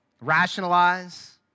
Rationalize